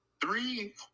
three